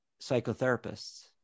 psychotherapists